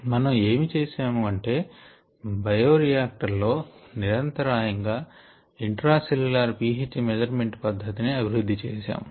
మనం ఏమి చేశాము అంటే బయోరియాక్టర్ లో నిరంతరాయంగా ఇంట్రా సెల్ల్యులర్ pH మెజర్మెంటు పద్ధతిని అభివృద్ధి చేశాము